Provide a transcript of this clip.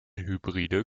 hybride